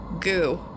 goo